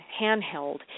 handheld